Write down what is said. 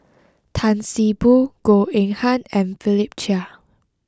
Tan See Boo Goh Eng Han and Philip Chia